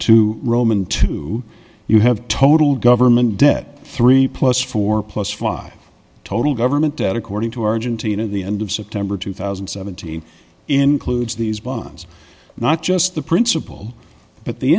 two roman two you have total government debt three plus four plus five total government debt according to argentina the end of september two thousand and seventeen includes these bonds not just the principal but the